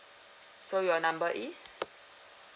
so your number is